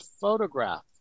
photograph